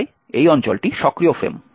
তাই এই অঞ্চলটি সক্রিয় ফ্রেম